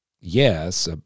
yes